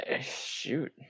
Shoot